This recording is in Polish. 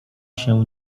się